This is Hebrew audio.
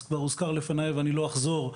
הוזכר לפניי ואני לא אחזור,